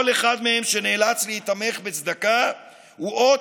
כל אחד מהם שנאלץ להיתמך בצדקה הוא אות